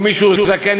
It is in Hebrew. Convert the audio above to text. ומי שהוא זקן,